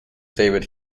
david